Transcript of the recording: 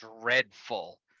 Dreadful